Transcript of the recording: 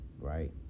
right